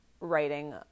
writing